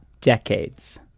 decades